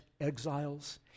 exiles